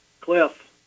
Cliff